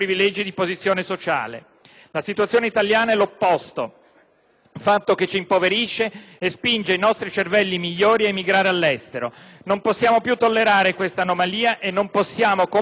fatto che ci impoverisce e spinge i nostri cervelli migliori a emigrare all'estero. Non si può più tollerare quest'anomalia e non ci si può comportare come se fosse un destino ineluttabile. E, infatti, non lo è.